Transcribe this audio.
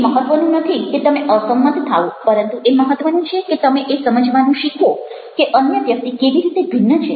એ મહત્ત્વનું નથી કે તમે અસંમત થાઓ પરંતુ એ મહત્ત્વનું છે કે તમે એ સમજવાનું શીખો કે અન્ય વ્યક્તિ કેવી રીતે ભિન્ન છે